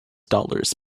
dollars